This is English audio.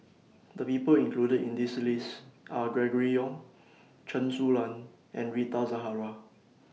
The People included in The list Are Gregory Yong Chen Su Lan and Rita Zahara